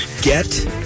Get